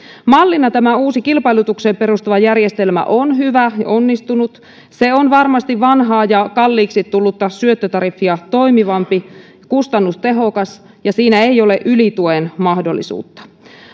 mallina tämä uusi kilpailutukseen perustuva järjestelmä on hyvä ja onnistunut se on varmasti vanhaa ja kalliiksi tullutta syöttötariffia toimivampi kustannustehokas ja siinä ei ole ylituen mahdollisuutta